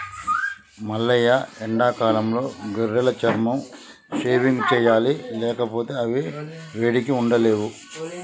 మల్లయ్య ఎండాకాలంలో గొర్రెల చర్మం షేవింగ్ సెయ్యాలి లేకపోతే అవి వేడికి ఉండలేవు